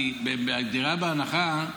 כי דירה בהנחה,